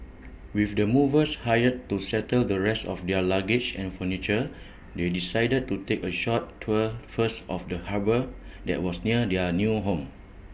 with the movers hired to settle the rest of their luggage and furniture they decided to take A short tour first of the harbour that was near their new home